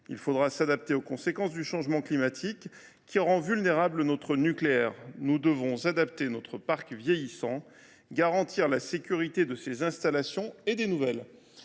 Il faudra nous adapter aux conséquences du changement climatique, qui rend vulnérable notre nucléaire. Nous devons adapter notre parc vieillissant et garantir la sécurité de ses installations, existantes et nouvelles.